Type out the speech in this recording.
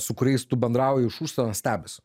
su kuriais tu bendrauji iš užsienio stebisi